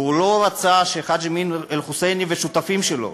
והוא לא רצה שחאג' אמין אל-חוסייני והשותפים שלו